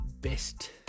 best